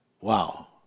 Wow